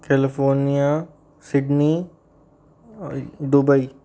California Sydney Dubai